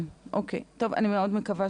טוב, אני מאוד מקווה